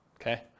okay